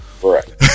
Correct